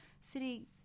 City